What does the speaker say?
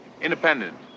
Independent